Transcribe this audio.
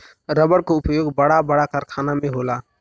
रबड़ क उपयोग बड़ा बड़ा कारखाना में होला